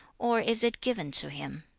or is it given to him